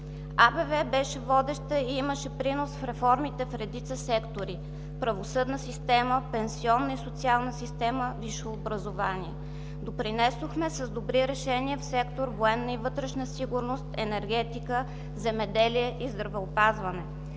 АБВ беше водеща и имаше принос в реформите в редица сектори – правосъдна система, пенсионна и социална система, висше образование. Допринесохме с добри решения в сектори „Военна и вътрешна сигурност“, „Енергетика“, „Земеделие“ и „Здравеопазване“.